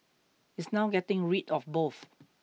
it's now getting rid of both